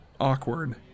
awkward